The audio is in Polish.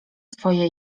swoje